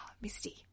Misty